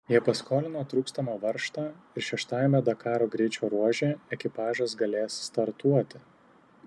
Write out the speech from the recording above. jie paskolino trūkstamą varžtą ir šeštajame dakaro greičio ruože ekipažas galės startuoti